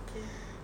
okay